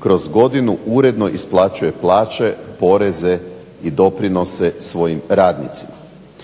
kroz godinu uredno isplaćuje plaće, poreze i doprinose svojim radnicima.